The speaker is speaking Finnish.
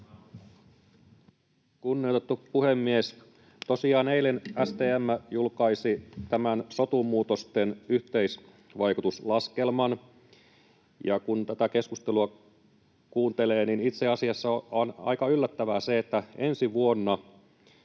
Kunnioitettu puhemies! Tosiaan eilen STM julkaisi tämän sotu-muutosten yhteisvaikutuslaskelman. Kun tätä keskustelua kuuntelee, niin itse asiassa on aika yllättävää se, että ensi vuonna